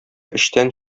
эчтән